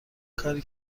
کاری